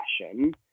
fashion